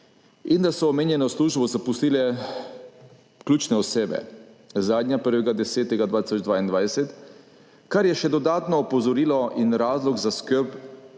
in da so omenjeno službo zapustile ključne osebe, zadnja 1. 10. 2022, kar je še dodatno opozorilo in razlog za skrb